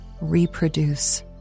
reproduce